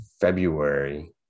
February